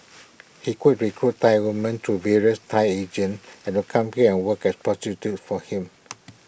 he could recruit Thai woman through various Thai agents and of come here and work as prostitutes for him